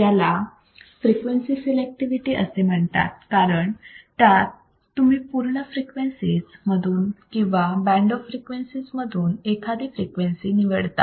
याला frequency selectivity असे म्हणतात कारण त्यात तुम्ही पूर्ण फ्रिक्वेन्सीज मधून किंवा बँड ऑफ फ्रिक्वेन्सीज मधून एखादी फ्रिक्वेन्सी निवडता